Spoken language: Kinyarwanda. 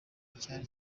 cyari